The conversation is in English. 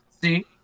See